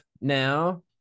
now